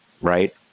right